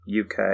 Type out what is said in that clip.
UK